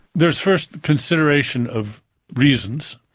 there's first consideration of reasons,